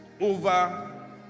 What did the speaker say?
over